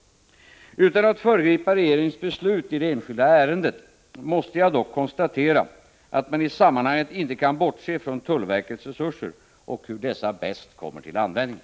Utan att föregripa regeringens beslut i det enskilda ärendet måste jag dock konstatera att man i sammanhanget inte kan bortse från tullverkets resurser och hur dessa bäst kommer till användning.